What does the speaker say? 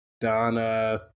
Donna